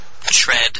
Tread